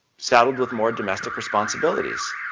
saddled with more domestic responsibilities.